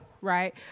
right